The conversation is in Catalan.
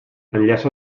enllaça